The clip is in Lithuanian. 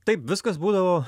taip viskas būdavo